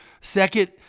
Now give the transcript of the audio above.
Second